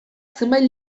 zenbait